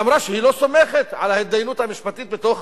ואמרה שהיא לא סומכת על ההתדיינות המשפטית בתוך